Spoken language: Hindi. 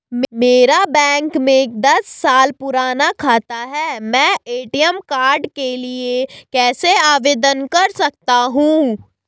मेरा बैंक में दस साल पुराना खाता है मैं ए.टी.एम कार्ड के लिए कैसे आवेदन कर सकता हूँ?